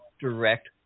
direct